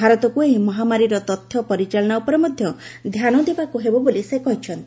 ଭାରତକୁ ଏହି ମହାମାରୀର ତଥ୍ୟ ପରିଚାଳନା ଉପରେ ମଧ୍ୟ ଧ୍ୟାନ ଦେବାକୁ ହେବ ବୋଲି ସେ କହିଚ୍ଛନ୍ତି